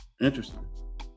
interesting